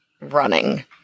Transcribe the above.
running